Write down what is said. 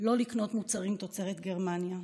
לא לקנות מוצרים תוצרת גרמניה.